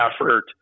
effort